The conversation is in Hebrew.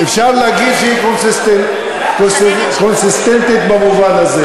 אפשר להגיד שהיא קונסיסטנטית במובן הזה.